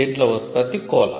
దీంట్లో ఉత్పత్తి కోలా